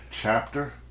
chapter